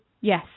Yes